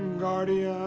guardian